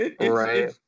Right